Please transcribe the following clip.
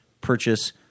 purchase